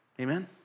Amen